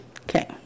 Okay